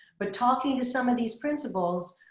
but talking to some of these principals,